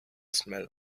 smell